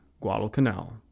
Guadalcanal